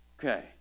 Okay